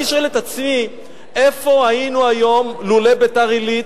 אני שואל את עצמי: איפה היינו היום לולא ביתר-עילית?